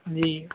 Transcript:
ਜੀ